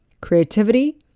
creativity